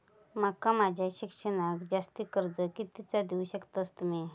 माका माझा शिक्षणाक जास्ती कर्ज कितीचा देऊ शकतास तुम्ही?